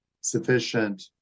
sufficient